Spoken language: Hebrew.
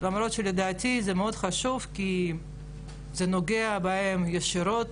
למרות שלדעתי זה מאוד חשוב כי זה נוגע בהם ישירות